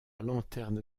lanterne